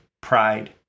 pride